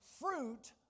fruit